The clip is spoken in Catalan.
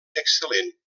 excel·lent